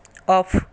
off